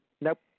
Nope